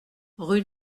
rue